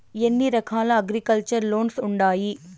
ఎన్ని రకాల agriculture loans ఉండాయి